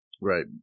Right